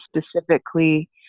specifically